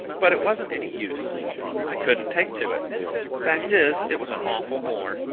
but it wasn't any use i couldn't take to it fact is, it was an awful bore.